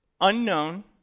unknown